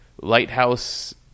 lighthouse